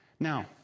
Now